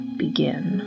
begin